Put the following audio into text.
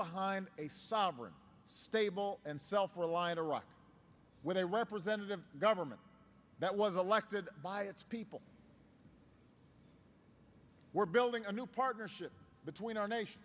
behind a sovereign stable and self reliant iraq with a representative government that was elected by its people we're building a new partnership between our nation